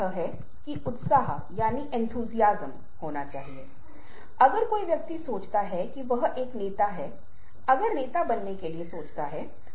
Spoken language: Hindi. उदाहरण के लिए कुछ प्रतीक जो हम उपयोग करते हैं जैसे कि मैं शांति में आता हूं साइन अप करता हूं एक अच्छा अलविदा लहराता हूं ये है ये कम से कम निश्चित समय पर जैविक रूप से संचालित होते हैं यही हमें पता चलता है